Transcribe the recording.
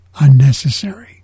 unnecessary